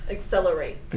Accelerate